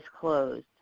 closed